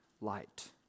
light